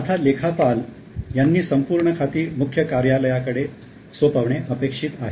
आता लेखपाल यांनी संपूर्ण खाती मुख्य कार्यालयाकडे सोपवणे अपेक्षित आहे